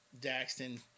Daxton